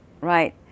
right